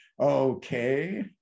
Okay